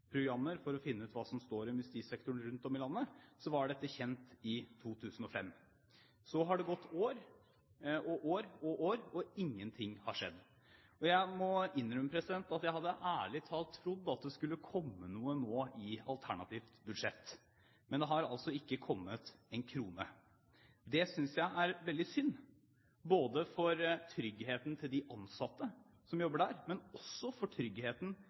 for å finne ut hva som står om justissektoren rundt omkring i landet – var dette kjent i 2005. Så har det gått år og år og år, og ingenting har skjedd. Jeg må innrømme at jeg ærlig talt hadde trodd at det skulle komme noe nå i revidert budsjett. Men det har altså ikke kommet én krone. Det synes jeg er veldig synd, både for tryggheten for de ansatte som jobber der, og også for tryggheten